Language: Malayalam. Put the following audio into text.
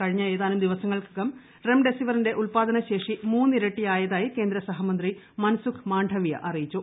കഴിഞ്ഞ ഏത്രാനും ദിവസങ്ങൾക്കകം റെംഡെസിവിറിന്റെ ഉൽപാ്ദന ശേഷി മൂന്നിരട്ടി ആയതായി കേന്ദ്ര സഹമന്ത്രി മൻസുഖ് മാണ്ഡവ്യ അറിയിച്ചു